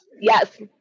Yes